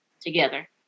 together